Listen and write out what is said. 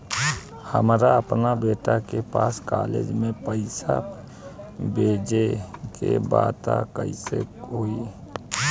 हमरा अपना बेटा के पास कॉलेज में पइसा बेजे के बा त कइसे होई?